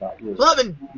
Loving